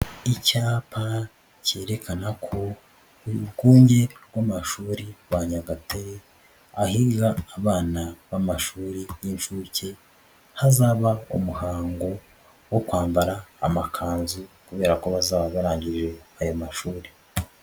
Icyapa cyerekana ko urwunge rw'amashuri rwa Nyabatare, ahiga abana b'amashuri n'inshuke, hazaba umuhango wo kwambara amakanzu kubera ko bazaba barangije ayo mashuri.